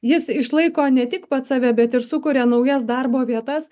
jis išlaiko ne tik pats save bet ir sukuria naujas darbo vietas